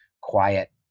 quiet